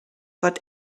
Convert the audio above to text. but